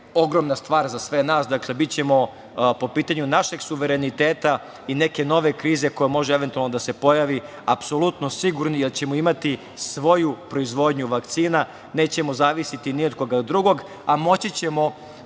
ogromna stvar za sve nas. Bićemo po pitanju našeg suvereniteta i neke nove krize, koja može eventualno da se pojavi, apsolutno sigurni, jer ćemo imati svoju proizvodnju vakcina i nećemo zavisiti ni od koga drugog, a moći ćemo